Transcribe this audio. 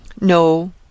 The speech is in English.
No